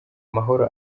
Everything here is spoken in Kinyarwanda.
mahoro